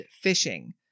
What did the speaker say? fishing